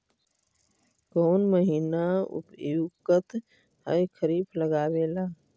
कौन महीना उपयुकत है खरिफ लगावे ला?